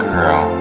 Girl